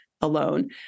alone